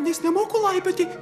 nes nemoku laipioti